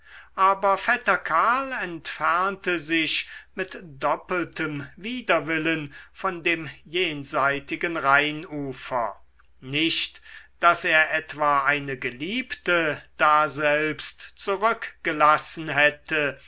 aber vetter karl entfernte sich mit doppeltem widerwillen von dem jenseitigen rheinufer nicht daß er etwa eine geliebte daselbst zurückgelassen hätte